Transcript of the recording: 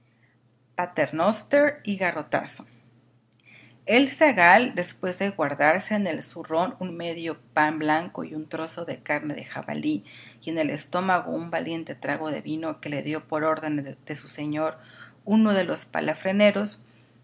paternoster y garrotazo el zagal después de guardarse en el zurrón un medio pan blanco y un trozo de carne de jabalí y en el estómago un valiente trago de vino que le dio por orden de su señor uno de los